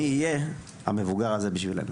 מי יהיה המבוגר הזה בשבילנו?"